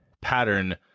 pattern